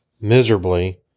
miserably